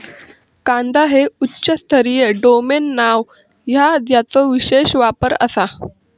कांदा हे उच्च स्तरीय डोमेन नाव हा ज्याचो विशेष वापर आसा